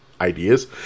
ideas